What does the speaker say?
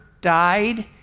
died